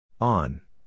On